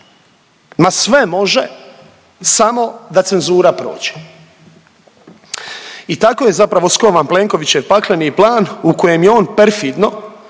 ma sve može, samo da cenzura prođe. I tako je zapravo skovan Plenkovićev pakleni plan u kojem je on perfidno